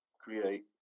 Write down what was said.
create